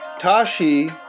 Tashi